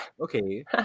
Okay